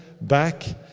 back